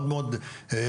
מאוד מאור נכון,